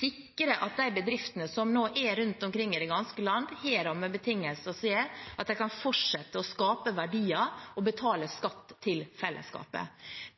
Vi må sikre at de bedriftene som er rundt omkring i det ganske land, har rammebetingelser som gjør at de kan fortsette å skape verdier og betale skatt til fellesskapet.